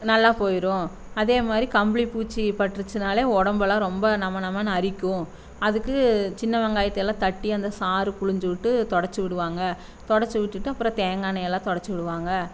நல்லா போயிடும் அதே மாதிரி கம்பளி பூச்சி பட்டிருச்சினாலே உடம்பெல்லாம் ரொம்ப நம நமனு அரிக்கும் அதுக்கு சின்ன வெங்காயத்தை எல்லாம் தட்டி அந்த சாறு புழுஞ்சி விட்டு தொடச்சு விடுவாங்க தொடச்சு விட்டுட்டு அப்புறோம் தேங்காய் எண்ணெயெலாம் தொடச்சு விடுவாங்க